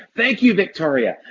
thank you victoria.